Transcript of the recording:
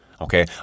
okay